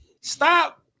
stop